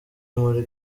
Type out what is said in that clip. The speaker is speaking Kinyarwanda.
muri